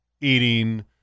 eating